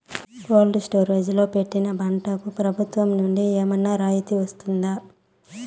Cold storage లో పెట్టిన పంటకు ప్రభుత్వం నుంచి ఏమన్నా రాయితీ వస్తుందా?